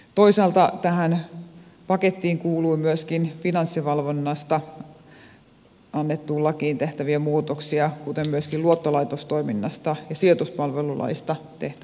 toisaalta tähän pakettiin kuului myöskin finanssivalvonnasta annettuun lakiin tehtäviä muutoksia kuten myöskin lakiin luottolaitostoiminnasta ja sijoituspalvelulakiin tehtävät muutokset